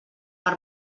per